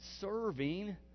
serving